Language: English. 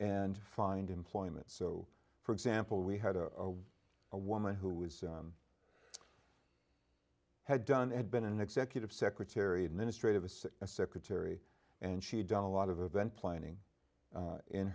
and find employment so for example we had a a woman who was had done and been an executive secretary administrative assistant secretary and she had done a lot of event planning